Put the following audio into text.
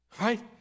Right